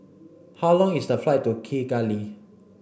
how long is the flight to Kigali